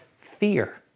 fear